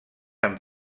amb